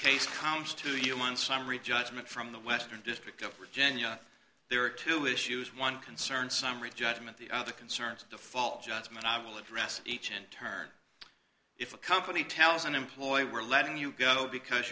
case comes to you one summary judgment from the western district of virginia there are two issues one concern summary judgment the other concerns a default judgment i will address each in turn if a company tells an employee we're letting you go because